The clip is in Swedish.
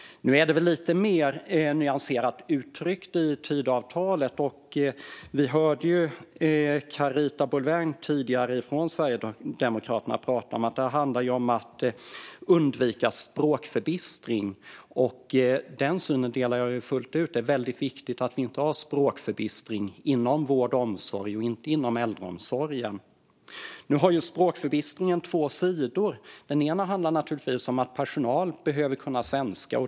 Nu är det väl lite mer nyanserat uttryckt i Tidöavtalet. Vi hörde också Carita Boulwén från Sverigedemokraterna tidigare tala om att det handlade om att undvika språkförbistring. Den synen delar jag fullt ut. Det är väldigt viktigt att inte ha språkförbistring inom vården och äldreomsorgen. Nu har ju språkförbistringen två sidor. Den ena handlar naturligtvis om att personal behöver kunna svenska.